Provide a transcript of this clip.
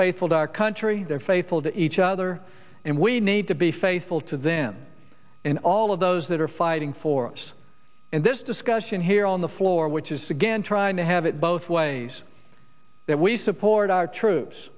faithful to our country they're faithful to each other and we need to be faithful to them in all of those that are fighting for us in this discussion here on the floor which is again trying to have it both ways that we support our troops